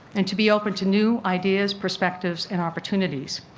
and to be open to new ideas, perspectives, and opportunities.